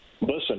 Listen